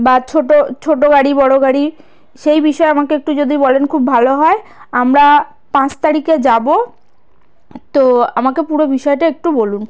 বা ছোটো ছোটো গাড়ি বড় গাড়ি সেই বিষয়ে আমাকে একটু যদি বলেন খুব ভালো হয় আমরা পাঁচ তারিখে যাব তো আমাকে পুরো বিষয়টা একটু বলুন